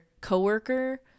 coworker